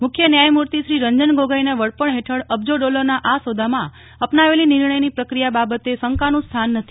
મુખ્ય ન્યાયમૂર્તિ શ્રી રંજન ગોગોઈના વડપણ હેઠળ અબજો ડોલરના આ સોદામાં અપનાવેલી નિર્ણયની પ્રક્રિયા બાબતે શંકાનું સ્થાન નથી